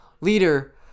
leader